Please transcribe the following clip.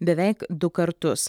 beveik du kartus